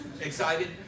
excited